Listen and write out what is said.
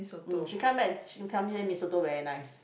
mm she come back and she tell me say mee soto very nice